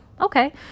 Okay